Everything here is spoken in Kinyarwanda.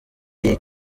iyi